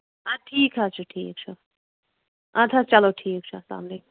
اَدٕ ٹھیٖک حظ چھُ ٹھیٖک چھُ اَدٕ حظ چلو ٹھیٖک چھُ اَلسلامُ علیکُم